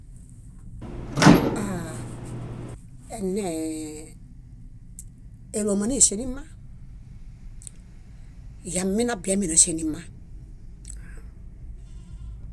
Aa- enee élomaneŝẽ nima, yamin abiami náŝẽ nima.